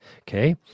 Okay